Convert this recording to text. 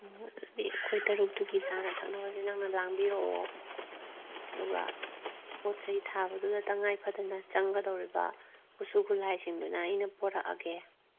ꯑꯣ ꯑꯗꯨꯗꯤ ꯑꯩꯈꯣꯏ ꯇꯔꯨꯛꯇꯨꯒꯤ ꯆꯥꯅ ꯊꯛꯅꯕꯁꯦ ꯅꯪꯅ ꯂꯥꯡꯕꯤꯔꯣ ꯑꯗꯨꯒ ꯄꯣꯠ ꯆꯩ ꯊꯥꯕꯗꯨꯗ ꯇꯉꯥꯏ ꯐꯗꯅ ꯆꯪꯒꯗꯧꯔꯤꯕ ꯈꯨꯠꯁꯨ ꯈꯨꯠꯂꯥꯏꯁꯤꯡꯗꯨꯅ ꯑꯩꯅ ꯄꯨꯔꯛꯂꯒꯦ